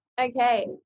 Okay